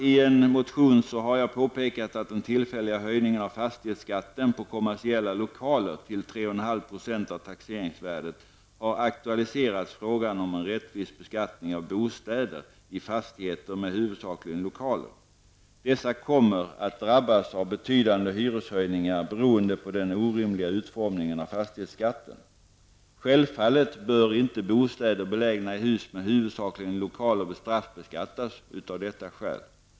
I en motion har jag påpekat att den tillfälliga höjningen av fastighetsskatten på kommersiella lokaler till 3,5 % av taxeringsvärdet har aktualiserat frågan om en rättvis beskattning av bostäder i fastigheter med huvudsakligen lokaler. Dessa bostäder kommer att drabbas av betydande hyreshöjningar beroende på den orimliga utformningen av fastighetsskatten. Självfallet bör inte bostäder belägna i hus med huvudsakligen lokaler straffbeskattas av detta skäl.